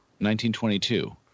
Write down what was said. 1922